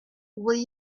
will